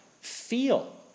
feel